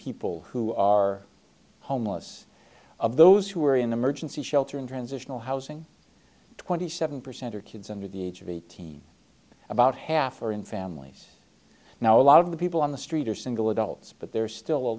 people who are homeless of those who are in emergency shelter in transitional housing twenty seven percent are kids under the age of eighteen about half are in families now a lot of the people on the street are single adults but there are still a